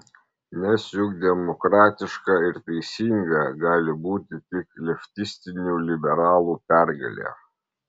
nes juk demokratiška ir teisinga gali būti tik leftistinių liberalų pergalė